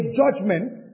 judgment